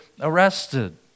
arrested